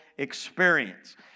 experience